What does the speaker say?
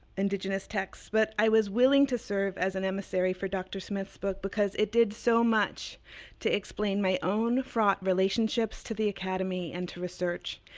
indigenous texts, but i was willing to serve as an emissary for dr. smith's book, because it did so much to explain my own fraught relationships to the academy and to research,